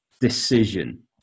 decision